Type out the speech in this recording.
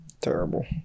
Terrible